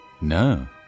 No